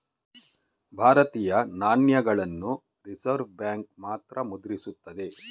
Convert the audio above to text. ಭಾರತೀಯ ನಾಣ್ಯಗಳನ್ನ reserve bank ಮಾತ್ರ ಮುದ್ರಿಸುತ್ತದೆ